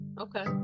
Okay